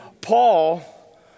Paul